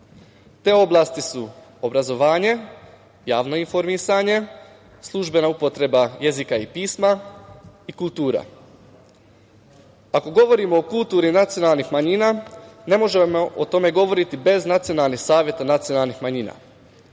Te oblasti su obrazovanje, javno informisanje, službena upotreba jezika i pisma i kultura. Ako govorimo o kulturnim nacionalnim manjina, ne možemo o tome govoriti bez nacionalnih saveta nacionalnih manjina.